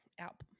Out